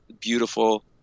beautiful